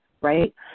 right